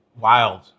wild